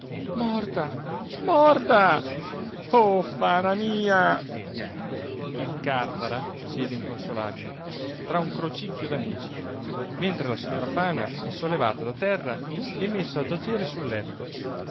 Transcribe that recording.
morta morta oh fana mia il càrzara siede inconsolabile tra un crocchio d'amici mentre la signora fana è sollevata da terra e messa a giacere sul letto